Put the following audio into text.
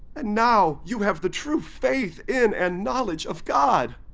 and now you have the true faith in and knowledge of god.